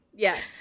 Yes